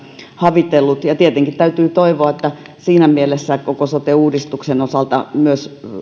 havitellut ja tietenkin täytyy toivoa että siinä mielessä myös koko sote uudistuksen osalta